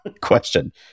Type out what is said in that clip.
question